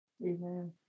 Amen